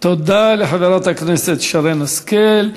תודה לחברת הכנסת שרן השכל.